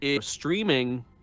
streaming